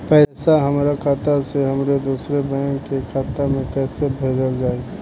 पैसा हमरा खाता से हमारे दोसर बैंक के खाता मे कैसे भेजल जायी?